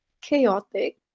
chaotic